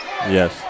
Yes